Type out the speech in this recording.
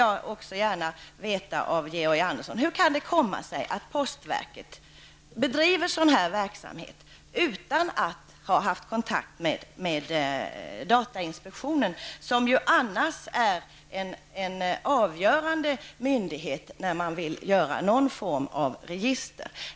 Jag vill gärna veta av Georg Andersson hur det kan komma sig att postverket bedriver sådan här verksamhet utan att ha haft kontakt med datainspektionen, som annars är en avgörande myndighet när man vill göra någon form av register.